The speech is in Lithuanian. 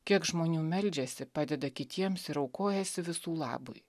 kiek žmonių meldžiasi padeda kitiems ir aukojasi visų labui